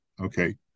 okay